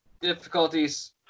difficulties